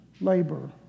labor